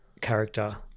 character